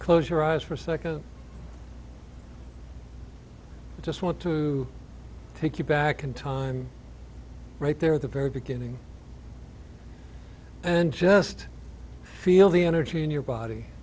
close your eyes for a second i just want to take you back in time right there the very beginning and just feel the energy in your body